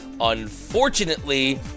unfortunately